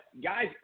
guys